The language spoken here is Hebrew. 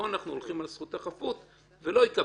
פה אנחנו הולכים על זכות החפות והוא לא יקבל.